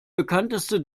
bekannteste